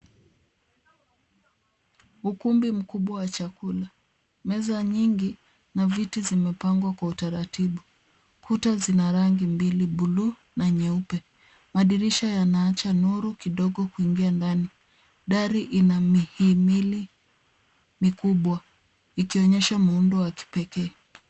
Ukumbi mkubwa wa chakula. Meza nyingi na viti zimepangwa kwa utaratibu. Kuta zina rangi mbili; bluu na nyeupe. Madirisha yanaacha nuru kidogo kuingia ndani. Dari inamihimili mikubwa ikionyesha muundo wa kipekee.